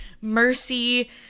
Mercy